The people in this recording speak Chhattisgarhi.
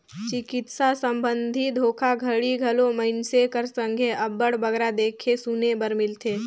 चिकित्सा संबंधी धोखाघड़ी घलो मइनसे कर संघे अब्बड़ बगरा देखे सुने बर मिलथे